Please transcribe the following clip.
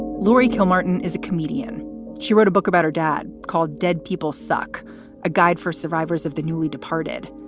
laurie kilmartin is a comedian she wrote a book about her dad called dead people suck a guide for survivors of the newly departed.